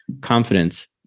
confidence